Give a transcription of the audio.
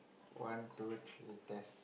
one two three test